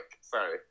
sorry